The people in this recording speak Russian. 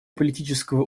политического